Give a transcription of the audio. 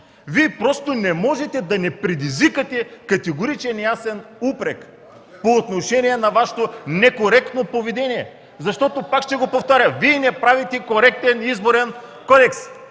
Вие просто не можете да не предизвикате категоричен и ясен упрек по отношение на Вашето некоректно поведение, защото пак ще го повторя – Вие не правите коректен Изборен кодекс.